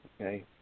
okay